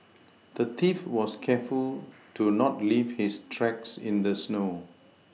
the thief was careful to not leave his tracks in the snow